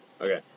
Okay